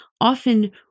often